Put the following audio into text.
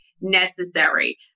necessary